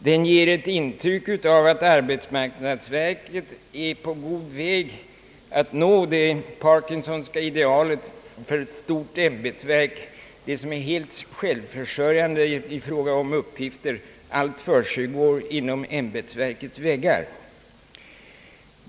Det ger ett intryck av att arbetsmarknadsverket är på god väg att nå det Parkinsonska idealet för ett stort ämbetsverk, det som är helt självförsörjande i fråga om uppgifter — allt försiggår inom ämbetsverkets väggar.